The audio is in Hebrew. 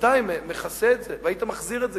ובינתיים מכסה את זה, והיית כבר מחזיר את זה.